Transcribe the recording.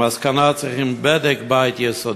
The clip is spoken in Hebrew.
המסקנה, צריכים בדק-בית יסודי.